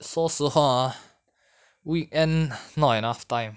说实话 ah weekend not enough time